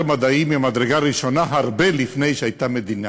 מדעי ממדרגה ראשונה הרבה לפני שהייתה מדינה.